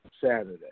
Saturday